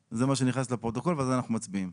זה מה שנכנס לפרוטוקול ועל זה אנחנו מצביעים.